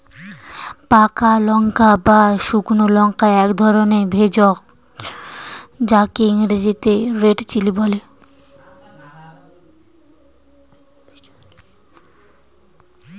পাকা লাল বা শুকনো লঙ্কা একধরনের ভেষজ যাকে ইংরেজিতে রেড চিলি বলে